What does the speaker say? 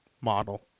model